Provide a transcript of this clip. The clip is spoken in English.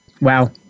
Wow